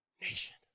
nation